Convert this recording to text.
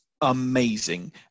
Amazing